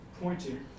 pointing